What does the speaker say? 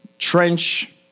Trench